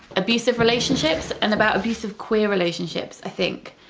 abusive relationships and about abusive queer relationships, i think,